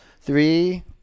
three